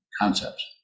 concepts